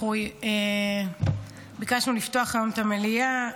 אנחנו ביקשנו לפתוח היום את המליאה,